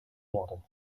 worden